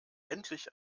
endlich